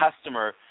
customer